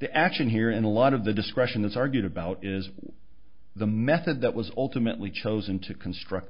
the action here and a lot of the discussion is argued about is the method that was ultimately chosen to construct